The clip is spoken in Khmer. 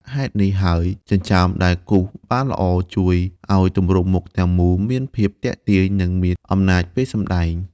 ហេតុនេះហើយ ចិញ្ចើមដែលគូរបានល្អ ជួយឲ្យទម្រង់មុខទាំងមូលមានភាពទាក់ទាញ និងមានអំណាចពេលសម្ដែង។